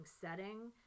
setting